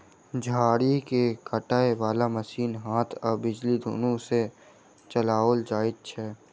झाड़ी के काटय बाला मशीन हाथ आ बिजली दुनू सँ चलाओल जाइत छै